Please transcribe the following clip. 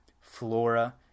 Flora